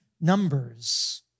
numbers